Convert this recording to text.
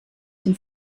dem